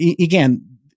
again